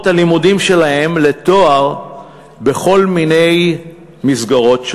הלימודים שלהם לתואר בכל מיני מסגרות.